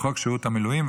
לחוק שירות המילואים,